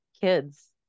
kids